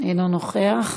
אינו נוכח.